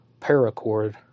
paracord